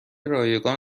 رایگان